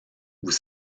vous